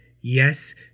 yes